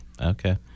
okay